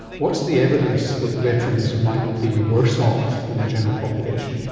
what's the evidence that veterans might be worse off than the general population?